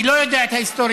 מי לא יודע את ההיסטוריה.